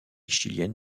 chilienne